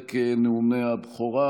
לפרק נאומי הבכורה,